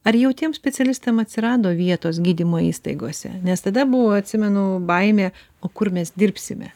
ar jau tiems specialistam atsirado vietos gydymo įstaigose nes tada buvo atsimenu baimė o kur mes dirbsime